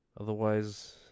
otherwise